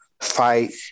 fight